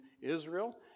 Israel